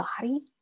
body